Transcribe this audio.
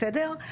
בסדר?